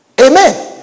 Amen